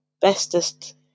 bestest